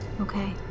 Okay